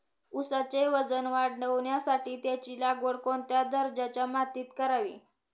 ऊसाचे वजन वाढवण्यासाठी त्याची लागवड कोणत्या दर्जाच्या मातीत करावी?